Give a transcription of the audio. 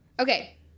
okay